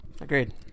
Agreed